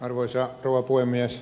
arvoisa rouva puhemies